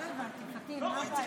לא הבנתי, פטין, מה הבעיה?